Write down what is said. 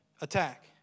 Attack